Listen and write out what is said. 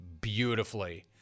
beautifully